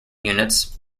units